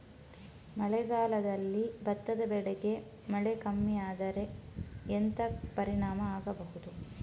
ಮಳೆಗಾಲದಲ್ಲಿ ಭತ್ತದ ಬೆಳೆಗೆ ಮಳೆ ಕಮ್ಮಿ ಆದ್ರೆ ಎಂತ ಪರಿಣಾಮ ಆಗಬಹುದು?